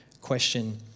question